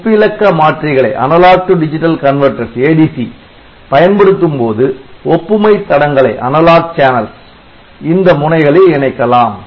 ஒப்பிலக்க மாற்றிகளை பயன்படுத்தும்போது ஒப்புமை தடங்களை இந்த முனைகளில் இணைக்கலாம்